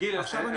גיל, אנחנו